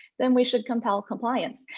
then we should compel compliance.